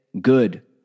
good